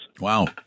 Wow